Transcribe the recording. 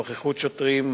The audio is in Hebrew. נוכחות שוטרים,